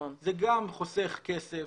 זה גם חוסך כסף,